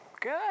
Good